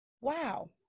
wow